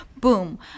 boom